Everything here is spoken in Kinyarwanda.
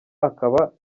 akaba